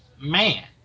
man